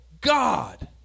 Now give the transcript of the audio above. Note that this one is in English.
God